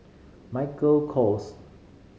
Michael Kors